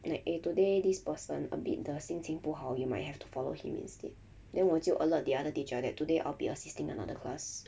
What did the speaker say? like eh today this person a bit the 心情不好 you might have to follow him instead then 我就 alert the other teacher that today I'll be assisting another class